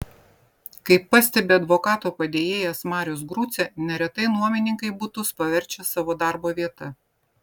kaip pastebi advokato padėjėjas marius grucė neretai nuomininkai butus paverčia savo darbo vieta